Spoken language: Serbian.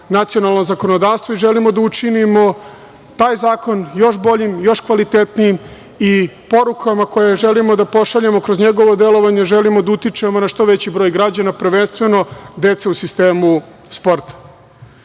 nacionalno zakonodavstvo i želimo da učinimo taj zakon još boljim, još kvalitetnijim i porukama koje želimo da pošaljemo kroz njegovo delovanje, želimo da utičemo na što veći broj građana, prvenstveno dece u sistemu sporta. Naše